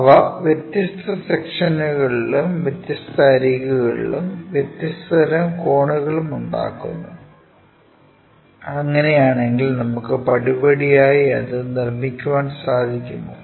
അവ വ്യത്യസ്ത സെക്ഷനുകളിലും വ്യത്യസ്ത അരികുകളിലും വ്യത്യസ്ത തരം കോണുകളുണ്ടാക്കുന്നു അങ്ങനെയാണെങ്കിൽ നമുക്ക് പടിപടിയായി അത് നിർമ്മിക്കാൻ സാധിക്കുമോ